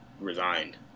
resigned